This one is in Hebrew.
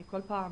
אני כל פעם